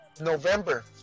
November